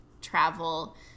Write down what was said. travel